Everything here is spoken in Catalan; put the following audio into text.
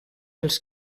els